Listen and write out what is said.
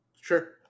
Sure